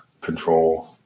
control